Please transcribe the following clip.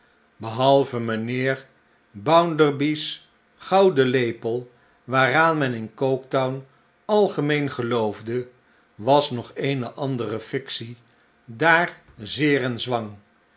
behalve mijnheer bounderby's gouden lepel waaraan men in coketown algemeen geloofde was nog eene andere flctie daar zeer in zwang